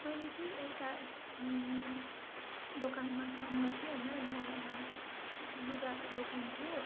मैले चाहिँ एउटा यस दोकानमा काम गर्थेँ होइन जहाँ लुगाको दोकान थियो